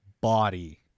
body